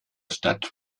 stadt